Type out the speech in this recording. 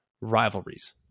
rivalries